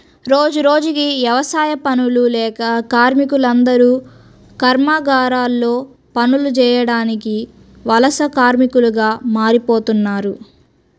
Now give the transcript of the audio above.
రోజురోజుకీ యవసాయ పనులు లేక కార్మికులందరూ కర్మాగారాల్లో పనులు చేయడానికి వలస కార్మికులుగా మారిపోతన్నారు